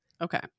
Okay